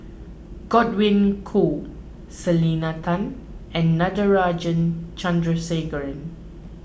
Godwin Koay Selena Tan and Natarajan Chandrasekaran